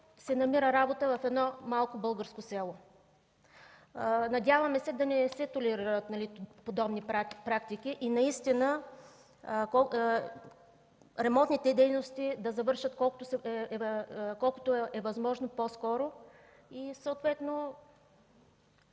се намира работа в едно малко българско село. Надяваме се да не се толерират подобни практики и ремонтните дейности да завършат колкото е възможно по-скоро, а дори